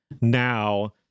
now